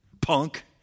punk